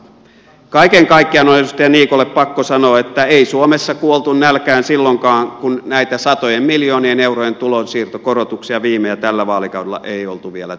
kaiken kaikkiaan on edustaja niikolle pakko sanoa että ei suomessa kuoltu nälkään silloinkaan kun näitä satojen miljoonien eurojen tulonsiirtokorotuksia viime ja tällä vaalikaudella ei ollut vielä tehty